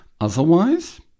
Otherwise